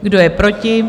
Kdo je proti?